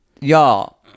Y'all